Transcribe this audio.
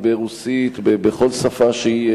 בפרט כשמדובר באוכלוסיית עולי אתיופיה,